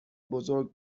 بزرگ